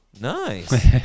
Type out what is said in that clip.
Nice